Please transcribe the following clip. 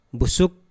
busuk